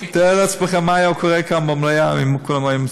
תאר לעצמך מה היה קורה כאן במליאה אם כולם היו.